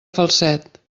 falset